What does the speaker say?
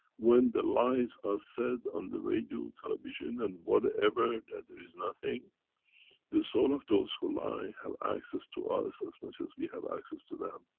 when the lies are said on the radio, television and whatever, that there is nothing the soul of those who lie, have access to us, as much as we have access to them.